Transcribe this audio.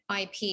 ip